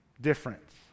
Difference